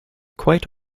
quite